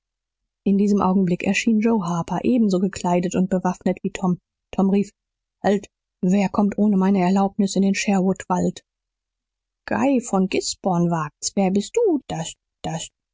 in diesem augenblick erschien joe harper ebenso gekleidet und bewaffnet wie tom tom rief halt wer kommt ohne meine erlaubnis in den sherwood wald guy von guisborne wagt's wer bist du daß daß